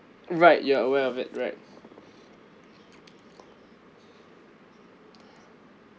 right you are aware of it right